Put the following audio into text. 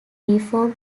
reform